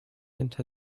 into